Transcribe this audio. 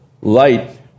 Light